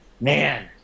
man